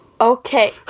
Okay